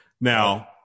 Now